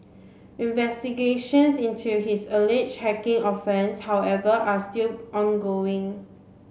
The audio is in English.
investigations into his alleged hacking offence however are still ongoing